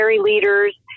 leaders